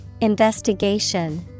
Investigation